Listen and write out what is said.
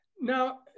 Now